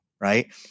right